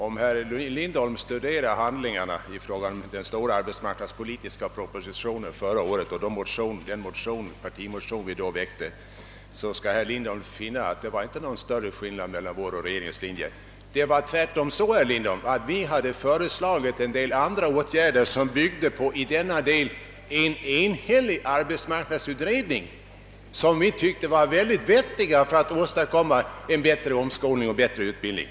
Om herr Lindholm studerar handlingarna i fråga om den stora arbetsmarknadspolitiska propositionen förra året och den partimotion vi då väckte, skall herr Lindholm finna att det inte förelåg några skillnader mellan vår och regeringens linje. Vi hade emellertid föreslagit en del andra åtgärder som byggde på en i denna del enhällig arbetsmarknadsutredning som vi tyckte var riktiga för att åstadkomma en bättre ordnad omskolning och utbildning.